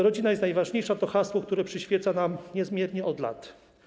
Rodzina jest najważniejsza - to hasło, które przyświeca nam niezmiennie od lat.